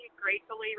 gratefully